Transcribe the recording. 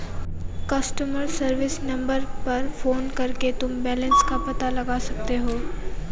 customer service number पर phone करके तुम बैलन्स का पता लगा सकते हो